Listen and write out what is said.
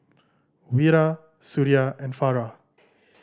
Wira Suria and Farah